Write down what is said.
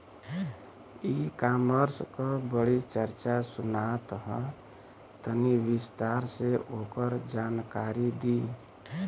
ई कॉमर्स क बड़ी चर्चा सुनात ह तनि विस्तार से ओकर जानकारी दी?